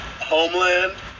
Homeland